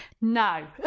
No